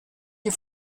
you